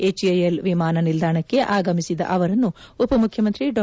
HAL ವಿಮಾನ ನಿಲ್ದಾಣಕ್ಕೆ ಆಗಮಿಸಿದ ಅವರನ್ನು ಉಪಮುಖ್ಯಮಂತ್ರಿ ಡಾ